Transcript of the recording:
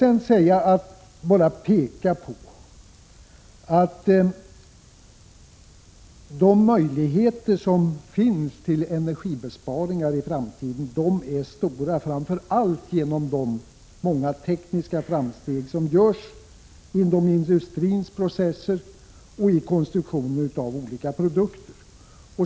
Låt mig sedan bara peka på att de möjligheter som finns till energibesparingar i framtiden är stora, framför allt genom de många tekniska framsteg som görs inom industrins processer och i konstruktionen av olika produkter.